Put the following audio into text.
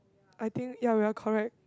I think ya we're correct